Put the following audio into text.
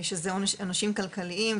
עונשים כלכליים.